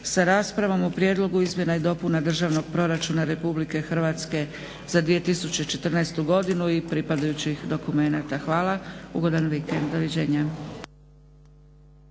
sa raspravom o Prijedlogu izmjena i dopuna Državnog proračuna Republike Hrvatske za 2014. godinu i pripadajućih dokumenata. Hvala. Ugodan vikend. Doviđenja.